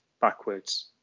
backwards